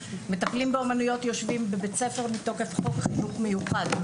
מטפלים באומנויות יושבים בבית ספר מתוקף חוק חינוך מיוחד.